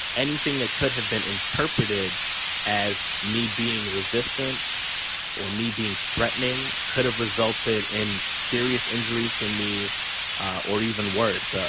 anything that could have been interpreted as me being resistant or me being threatening could have resulted in serious injury for me or even worse, ah